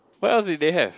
what else did they have